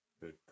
Good